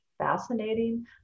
fascinating